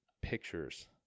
pictures